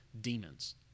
demons